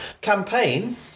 campaign